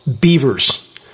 Beavers